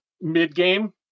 mid-game